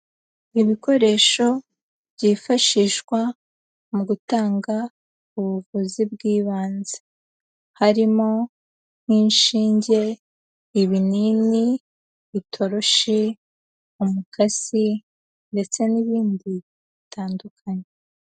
Ibikoresho byifashishwa mu gutanga ubuvuzi bw'ibanze, harimo nk'inshinge, ibinini itoroshi, umukasi ndetse n'ibindi bitandukanye.